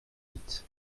huit